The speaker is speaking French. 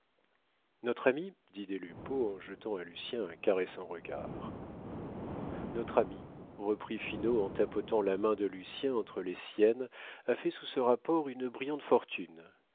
notre ami dit des lupeaulx en jetant à lucien un caressant regard notre ami reprit finot en tapotant la main de lucien entre les siennes a fait sous ce rapport une brillante fortune